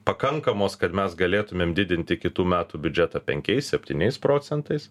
pakankamos kad mes galėtumėm didinti kitų metų biudžetą penkiais septyniais procentais